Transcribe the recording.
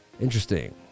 Interesting